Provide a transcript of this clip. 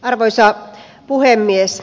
arvoisa puhemies